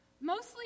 Mostly